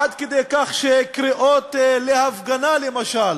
עד כדי כך שקריאות להפגנה למשל,